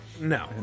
No